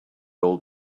old